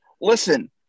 Listen